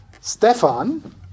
Stefan